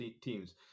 teams